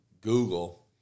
Google